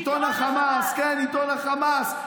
ביטאון החמאס.